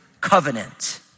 covenant